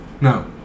No